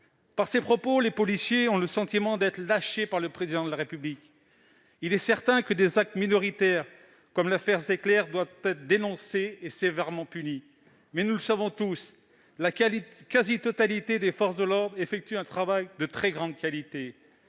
Avec ces propos, les policiers ont le sentiment d'être lâchés par le Président de la République ! Il est certain que des actes minoritaires, comme l'affaire Zecler, doivent être dénoncés et sévèrement punis. Mais, nous le savons tous, la quasi-totalité des membres des forces de l'ordre accomplissent un travail de très grande qualité.